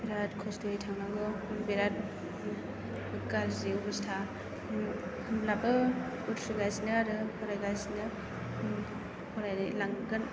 बिराद खस्थ'यै थांनांगौ बिराद गाज्रि अबस्था होमब्लाबो उरसुगासिनो आरो फरायगासिनो उम फरायलांगोन